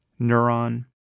Neuron